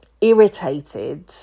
irritated